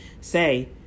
say